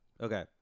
okay